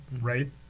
right